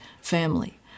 family